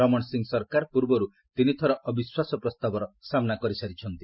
ରମଣ ସିଂ ସରକାର ପୂର୍ବରୁ ତିନି ଥର ଅବିଶ୍ୱାସ ପ୍ରସ୍ତାବର ସାମ୍ନା କରିସାରିଛନ୍ତି